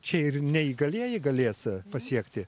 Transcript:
čia ir neįgalieji galės pasiekti